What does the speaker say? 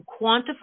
quantify